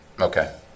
Okay